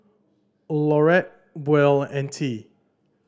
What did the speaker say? Laurette Buell and Tea